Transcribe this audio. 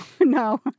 No